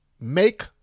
make